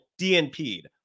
DNP'd